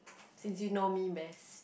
since you know me best